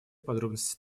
подробности